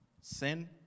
Sin